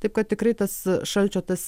taip kad tikrai tas šalčio tas